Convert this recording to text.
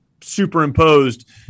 superimposed